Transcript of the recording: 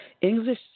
English